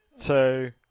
two